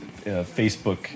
Facebook